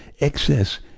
excess